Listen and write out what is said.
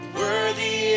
worthy